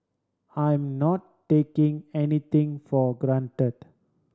I am not taking anything for granted